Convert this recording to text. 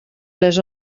les